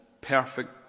perfect